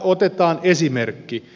otetaan esimerkki